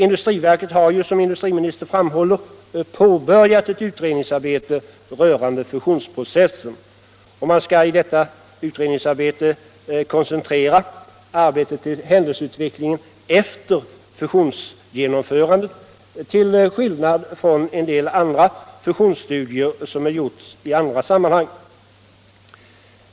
Industriverket har ju, som industriministern framhåller, påbörjat ett utredningsarbete rörande fusionsprocessen. Man skall därvid koncentrera utredningsarbetet till händelseutvecklingen efter fusionsgenomförandet till skillnad från en del andra fusionsstudier som gjorts i andra sammanhang.